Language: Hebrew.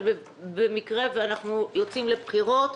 אבל במקרה ואנחנו יוצאים לבחירות,